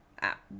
app